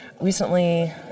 recently